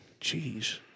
Jeez